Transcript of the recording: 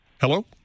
Hello